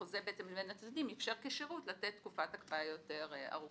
החוזה בעצם בין הצדדים איפשר כשרות לתת תקופת הקפאה יותר ארוכה.